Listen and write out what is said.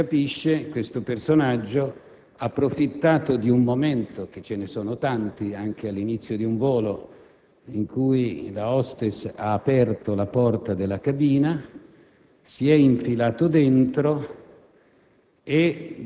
A quanto si capisce, questo personaggio ha approfittato di un momento - ve ne sono tanti all'inizio di un volo - in cui la *hostess* ha aperto la porta della cabina, vi si è infilato e